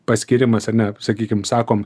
paskyrimas ar ne sakykim sakom